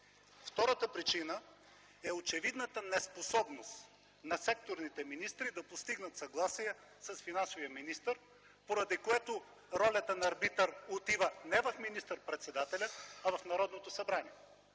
Втората причина е очевидната неспособност на секторните министри да постигнат съгласие с финансовия министър, поради което ролята на арбитър отива не в министър-председателя, а в Народното събрание.